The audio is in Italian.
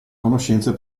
conoscenze